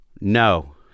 No